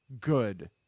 good